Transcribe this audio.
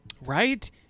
Right